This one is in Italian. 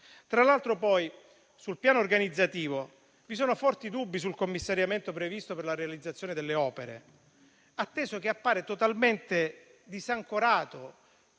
Tra l'altro, sul piano organizzativo vi sono forti dubbi sul commissariamento previsto per la realizzazione delle opere, atteso che appare totalmente disancorato